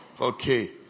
Okay